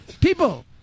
People